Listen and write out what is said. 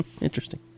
Interesting